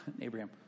Abraham